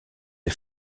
les